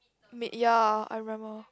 mid ya I remember